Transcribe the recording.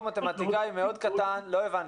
כמתמטיקאי מאוד קטן אני לא הבנתי.